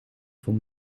voor